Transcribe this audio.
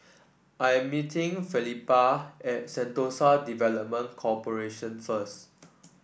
I am meeting Felipa at Sentosa Development Corporation first